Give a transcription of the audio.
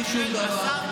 בלי שום דבר.